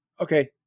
Okay